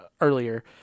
earlier